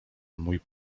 mój